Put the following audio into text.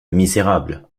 misérable